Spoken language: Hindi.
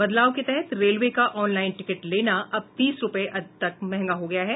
बदलाव के तहत रेलवे का ऑनलाइन टिकट लेना अब तीस रूपये तक महंगा हो गया है